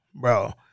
bro